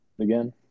again